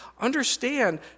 understand